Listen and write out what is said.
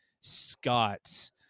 Scott